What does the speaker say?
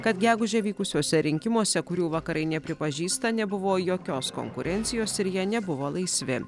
kad gegužę vykusiuose rinkimuose kurių vakarai nepripažįsta nebuvo jokios konkurencijos ir jie nebuvo laisvi